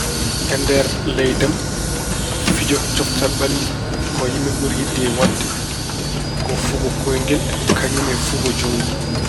E nder leydi am fijo coftal ɓalli ko yimɓe ɓuri yiɗde waɗde ko fugo kooyngel kañum e fugo juutngo.